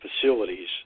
facilities